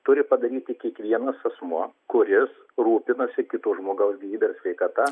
turi padaryti kiekvienas asmuo kuris rūpinasi kitų žmogaus gyvybe ir sveikata